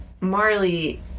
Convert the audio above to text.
Marley